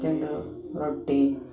ಜನರು ರೊಟ್ಟಿ